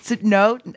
No